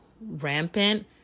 rampant